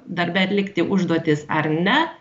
darbe atlikti užduotis ar ne